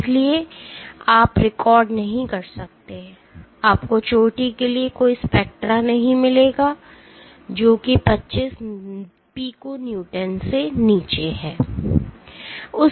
इसलिए आप रिकॉर्ड नहीं कर सकते आपको चोटी के लिए कोई स्पेक्ट्रा नहीं मिलेगा जो कि 25 पिको न्यूटन से नीचे है